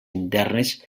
internes